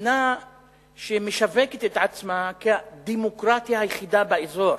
מדינה שמשווקת את עצמה כדמוקרטיה היחידה באזור,